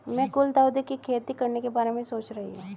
मैं गुलदाउदी की खेती करने के बारे में सोच रही हूं